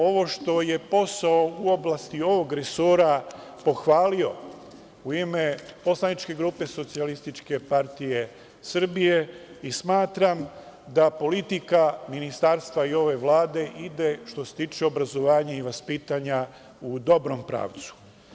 Ovo što je posao u oblasti ovog resora pohvalio bih u ime poslaničke grupe SPS i smatram da politika ministarstva i ove Vlade ide, što se tiče obrazovanja i vaspitanja, u dobrom pravcu.